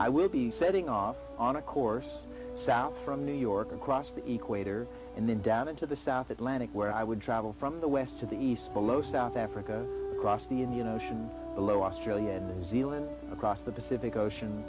i will be setting off on a course south from new york across the equalizer and then down into the south atlantic where i would travel from the west to the east follow south africa the indian ocean below australia and new zealand across the pacific ocean